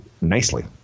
nicely